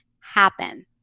happen